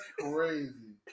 crazy